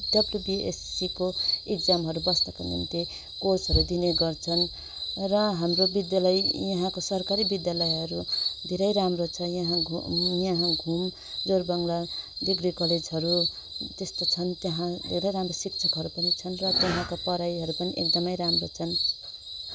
डब्युबिएससीको एक्जामहरू बस्नको निम्ति कोचहरू दिने गर्छन् र हाम्रो विद्यालय यहाँको सरकारी विद्यालयहरू धेरै राम्रो छ यहाँ घु यहाँ घुम जोरबङ्गला डिग्री कलेजहरू त्यस्तो छन् त्यहाँ धेरै राम्रो शिक्षकहरू पनि छन् र त्यहाँको पढाइहरू पनि एकदम राम्रो छन्